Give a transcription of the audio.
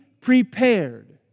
prepared